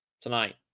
tonight